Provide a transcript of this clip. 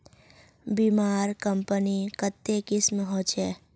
बीमार कंपनी कत्ते किस्म होछे